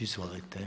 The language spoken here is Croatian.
Izvolite.